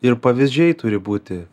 ir pavyzdžiai turi būti